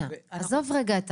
עזוב רגע את